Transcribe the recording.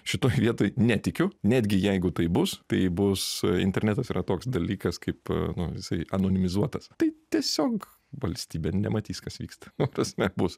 šitoj vietoj netikiu netgi jeigu tai bus tai bus internetas yra toks dalykas kaip nu jisai anonimizuotas tai tiesiog valstybė nematys kas vyksta ta prasme bus